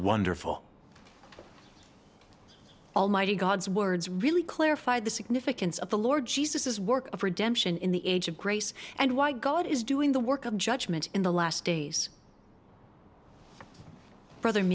wonderful almighty god's words really clarified the significance of the lord jesus as work of redemption in the age of grace and why god is doing the work of judgment in the last days brothe